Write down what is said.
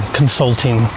consulting